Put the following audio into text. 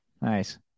Nice